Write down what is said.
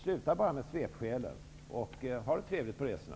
Sluta upp med svepskälen! Och ha det trevligt på resorna!